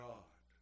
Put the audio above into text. God